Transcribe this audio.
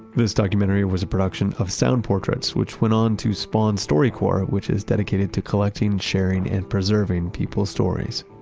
this documentary was a production of sound portraits, which went on to spawn storycorps, which is dedicated to collecting, sharing, and preserving people's stories.